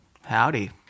Howdy